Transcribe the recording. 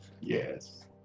Yes